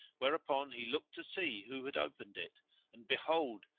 whereupon he looked to see who had opened it and behold,